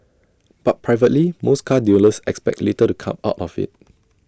but privately most car dealers expect little to come out of IT